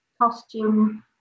costume